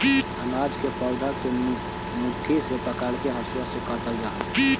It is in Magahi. अनाज के पौधा के मुट्ठी से पकड़के हसुआ से काटल जा हई